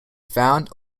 found